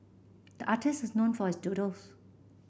the artist is known for his doodles